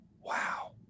Wow